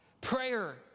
Prayer